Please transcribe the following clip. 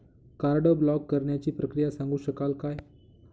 Card block करण्याची प्रक्रिया सांगू शकाल काय?